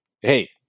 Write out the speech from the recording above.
hey